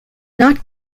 not